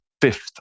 fifth